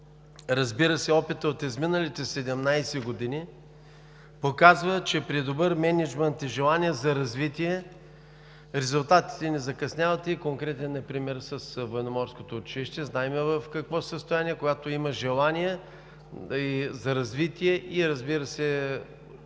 Разбира се, опитът от изминалите 17 години показва, че при добър мениджмънт и желание за развитие резултатите не закъсняват и конкретният пример е с Военноморското училище. Знаем в какво състояние е и когато има желание за развитие и, разбира се,